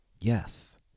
Yes